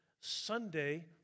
Sunday